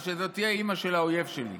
אז שזאת תהיה האימא של האויב שלי.